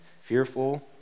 fearful